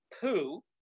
poo